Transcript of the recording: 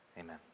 amen